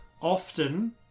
often